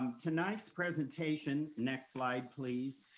tonight's presentation, next slide, please,